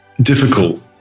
difficult